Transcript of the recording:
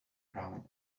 round